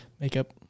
Makeup